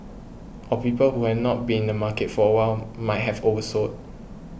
or people who had not been in the market for a while might have oversold